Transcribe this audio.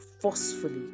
forcefully